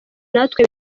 natwe